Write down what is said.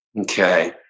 Okay